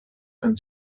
and